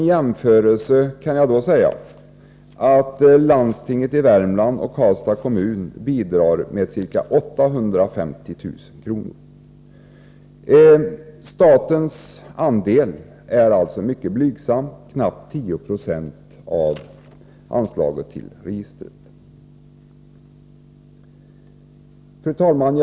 Som jämförelse kan jag då säga att landstinget i Värmlands län och Karlstads kommun bidrar med ca 850 000 kr. Statens andel är alltså mycket blygsam, knappt 10 96 av anslagen till registren. Fru talman!